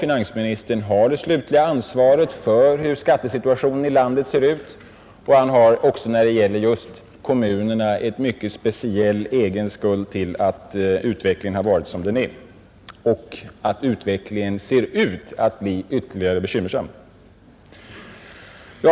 Finansministern bär det slutliga ansvaret för hur skattesituationen i landet ser ut, och han har också när det gäller kommunerna en mycket speciell egen skuld till att utvecklingen varit som den är och att utvecklingen ser ut att bli ytterligare bekymmersam.